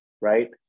Right